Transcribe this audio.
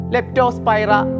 Leptospira